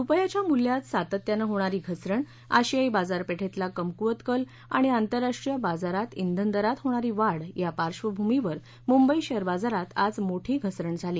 रुपयाच्या मूल्यात सातत्यानं होणार घसरण आशियाई बाजारपेठेतला कमकूवत कल आणि आंतरराष्ट्रीय बाजारात श्विनदरात होणारी वाढ या पार्श्वभूमीवर मुंबई शेअर बाजारात आज मोठी घसरण झाली